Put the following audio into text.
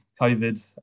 COVID